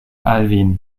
alwin